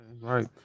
right